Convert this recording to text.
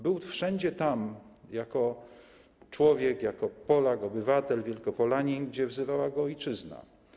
Był wszędzie tam jako człowiek, jako Polak, obywatel, Wielkopolanin, gdzie wzywała go ojczyzna.